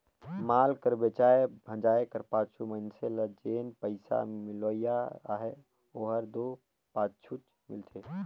माल कर बेंचाए भंजाए कर पाछू मइनसे ल जेन पइसा मिलोइया अहे ओहर दो पाछुच मिलथे